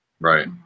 Right